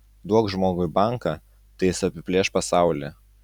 duok žmogui banką tai jis apiplėš pasaulį